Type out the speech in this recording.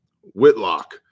Whitlock